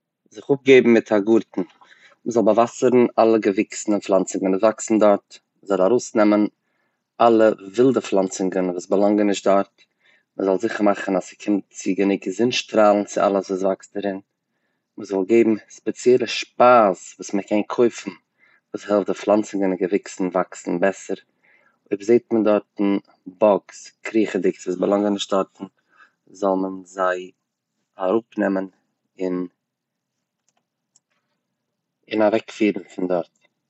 זיך אפגעבן מיט א גארטן, מ'זאל באוואסערן אלע געוויקסן און פלאנצונגן וואס וואקסן דארט, מ'זאל ארויסנעמען אלע ווילדע פלאנצונגען וואס באלאנגען נישט דארט, מ'זאל זיכער מאכן אז ס'קומט צו גענוג זון שטראלן צו אלעס וואס וואקסט דערין, מ'זאל געבן ספעציעלע שפייז וואס מען קען קויפן וואס העלפט די פלאנצונגן און געוויקסן וואקסן בעסער, אויב זעט מען דארטן באגס, קריכעדיגס וואס באלאנגן נישט דארטן זאל מען זיי אראפנעמען און און אוועקפירן פון דארט.